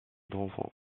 d’enfants